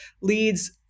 leads